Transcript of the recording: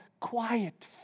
Quiet